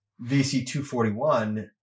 VC241